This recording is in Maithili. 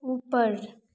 ऊपर